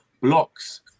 blocks